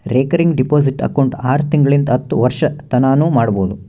recurring deposit account ಆರು ತಿಂಗಳಿಂತ್ ಹತ್ತು ವರ್ಷತನಾನೂ ಮಾಡ್ಬೋದು